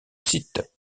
site